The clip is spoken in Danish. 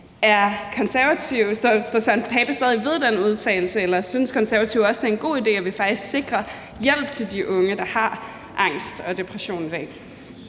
behandling. Står Søren Pape Poulsen stadig ved den udtalelse, eller synes Konservative også, at det er en god idé, at vi faktisk sikrer hjælp til de unge, der har angst og depression i